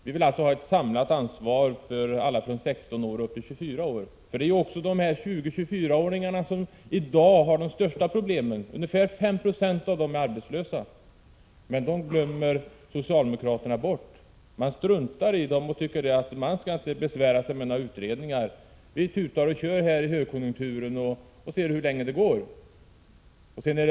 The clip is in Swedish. Vi vill alltså ha ett samlat ansvar för alla ungdomar mellan 16 och 24 år. 20-24-åringarna har har ju i dag de största problemen. Ungefär 5 96 av dem är arbetslösa. Men den gruppen glömmer socialdemokraterna bort. Socialdemokraterna struntar i dem och tycker att man inte skall besvära sig med några utredningar. Låt oss tuta och köra i högkonjunkturen, så får vi se hur länge det går, tycks man resonera.